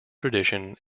tradition